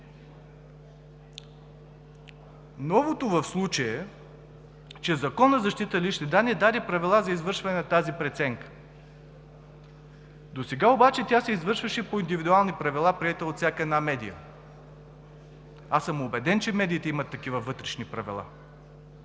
Новото в случая е, че Законът за защита на личните данни даде правила за извършване на тази преценка. Досега обаче тя се извършваше по индивидуални правила, приети от всяка една медия. Аз съм убеден, че медиите имат такива вътрешни правила.